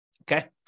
Okay